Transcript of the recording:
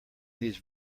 these